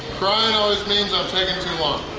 crying always means i'm taking too long!